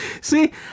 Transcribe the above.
See